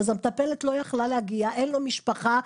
המטפלת לא יכלה להגיע, אין לו משפחה.